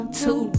two